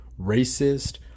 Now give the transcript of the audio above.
racist